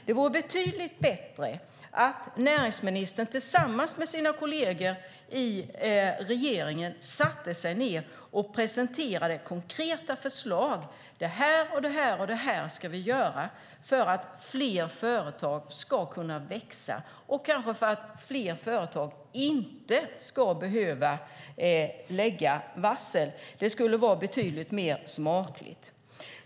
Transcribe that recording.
Det vore betydligt bättre att näringsministern tillsammans med sina kolleger i regeringen satte sig ned och presenterade konkreta förslag: Det här, det här och det här ska vi göra för att fler företag ska kunna växa och kanske för att fler företag inte ska behöva lägga varsel. Det skulle vara betydligt mer smakligt.